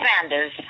Sanders